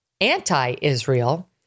anti-Israel